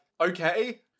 Okay